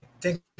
thank